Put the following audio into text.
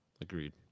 Agreed